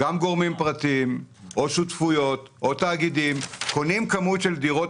גם גורמים פרטיים או שותפויות או תאגידים קונים מאיתנו כמות של דירות,